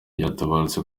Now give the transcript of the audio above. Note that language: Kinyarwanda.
yaratabarutse